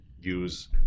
use